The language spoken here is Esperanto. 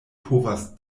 povas